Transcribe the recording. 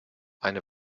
eine